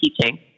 teaching